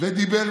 זה שהוא ביקש,